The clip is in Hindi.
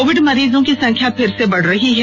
कोविड मरीजों की संख्या फिर से बढ़ रही है